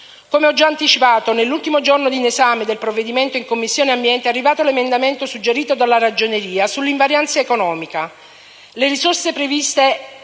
Come ho già anticipato, nell'ultimo giorno di esame del provvedimento in Commissione ambiente è arrivato l'emendamento suggerito dalla Ragioneria sull'invarianza economica. Le risorse previste